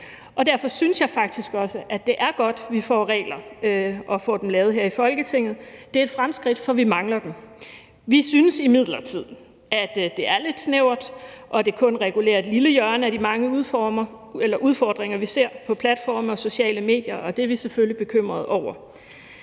derfor synes jeg faktisk også, det er godt, at vi får regler og får dem lavet her i Folketinget. Det er et fremskridt, for vi mangler dem. Vi synes imidlertid, at det er lidt snævert, og at det kun regulerer et lille hjørne af de mange udfordringer, vi ser på platforme og sociale medier, og det er vi selvfølgelig bekymrede over.